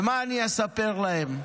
ומה אני אספר להם?